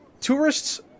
Tourists